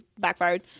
backfired